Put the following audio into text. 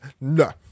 no